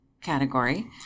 category